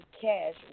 Cash